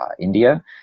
India